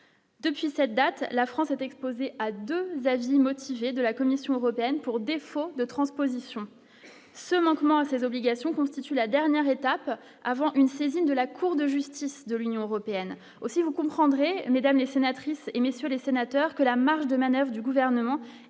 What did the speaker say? Depuis cette date, la France est exposée à 2 villes motivé de la Commission européenne pour défaut de transposition ce manquement à ses obligations, constitue la dernière étape avant une saisine de la Cour de justice de l'Union européenne aussi, vous comprendrez mesdames les sénatrices et messieurs les sénateurs que la marge de manoeuvre du gouvernement